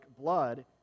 blood